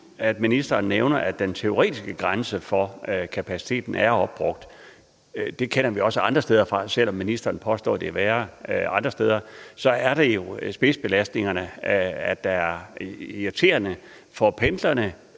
ministeren, at den teoretiske grænse for kapaciteten er opbrugt. Det kender vi også andre steder fra, og ministeren påstår, at det er værre andre steder. Det er jo spidsbelastningerne, der er irriterende for pendlerne,